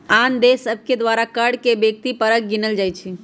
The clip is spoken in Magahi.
आन देश सभके द्वारा कर के व्यक्ति परक गिनल जाइ छइ